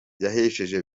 yahesheje